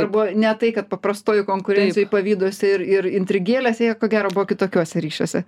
buvo ne tai kad paprastoj konkurencijoj pavyduose ir ir intrigėlėse jie ko gero buvo kitokiuose ryšiuose